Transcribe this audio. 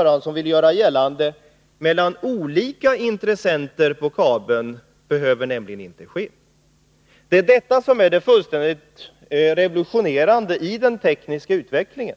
Något urval mellan olika intressenter på kabeln behöver nämligen inte, som statsrådet Göransson vill göra gällande, ske. Det är detta som är det revolutionerande i den tekniska utvecklingen.